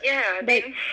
like